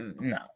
no